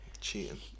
Cheating